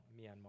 Myanmar